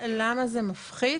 למה זה מפחית?